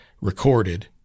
recorded